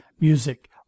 music